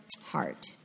heart